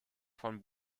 von